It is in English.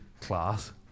class